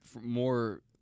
more